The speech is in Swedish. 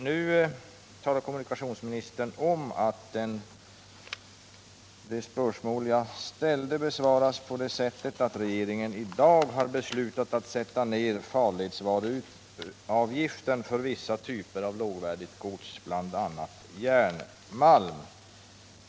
Nu talar kommunikationsministern om att det spörsmål jag ställde besvarats på det sättet att regeringen i dag har beslutat sätta ned farledsvaruavgiften för vissa typer av lågvärdigt gods, bl.a. järnmalm.